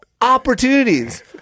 opportunities